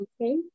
Okay